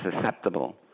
susceptible